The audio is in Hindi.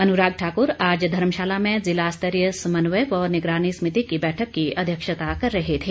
अनुराग ठाकुर आज धर्मशाला में जिला स्तरीय समन्वय व निगरानी समिति की बैठक की अध्यक्षता कर रहे थे